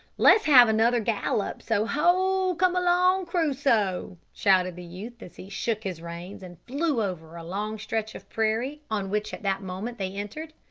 let's have another gallop so ho! come along, crusoe! shouted the youth, as he shook his reins, and flew over a long stretch of prairie on which at that moment they entered.